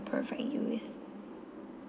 perfect in you with